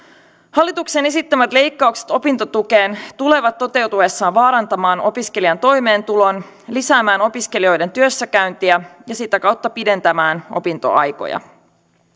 hallituksen esittämät leikkaukset opintotukeen tulevat toteutuessaan vaarantamaan opiskelijan toimeentulon lisäämään opiskelijoiden työssäkäyntiä ja sitä kautta pidentämään opintoaikoja